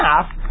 half